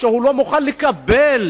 שלא מוכן לקבל